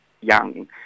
young